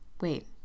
Wait